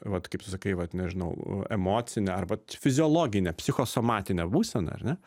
vat kaip tu sakai vat nežinau emocinę arba fiziologinę psichosomatinę būseną ar ne